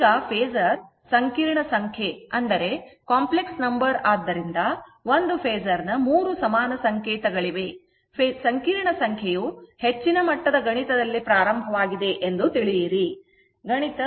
ಈಗ ಫೇಸರ್ ಸಂಕೀರ್ಣ ಸಂಖ್ಯೆ ಆದ್ದರಿಂದ ಒಂದು ಫೇಸರ್ ನ 3 ಸಮಾನ ಸಂಕೇತಗಳಿವೆ ಸಂಕೀರ್ಣ ಸಂಖ್ಯೆಯು ಹೆಚ್ಚಿನ ಮಟ್ಟದ ಗಣಿತದಲ್ಲಿ ಪ್ರಾರಂಭವಾಗಿದೆ ಎಂದು ತಿಳಿಯಿರಿ ಗಣಿತ